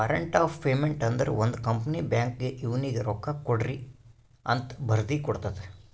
warrant of payment ಅಂದುರ್ ಒಂದ್ company ಬ್ಯಾಂಕ್ಗ್ ಇವ್ನಿಗ ರೊಕ್ಕಾಕೊಡ್ರಿಅಂತ್ ಬರ್ದಿ ಕೊಡ್ತದ್